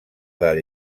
del